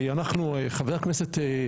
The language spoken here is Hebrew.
חבר הכנסת